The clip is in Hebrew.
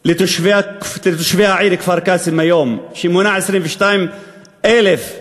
לתושבי העיר כפר-קאסם שמונה היום 22,000,